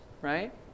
right